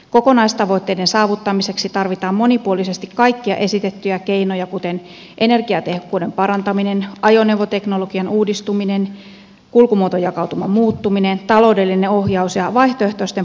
kokonaistavoitteiden saavuttamiseksi tarvitaan monipuolisesti kaikkia esitettyjä keinoja kuten energiatehokkuuden parantamista ajoneuvoteknologian uudistumista kulkumuotojakautuman muuttumista taloudellista ohjausta ja vaihtoehtoisten polttoaineiden käyttöönottoa